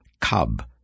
Cub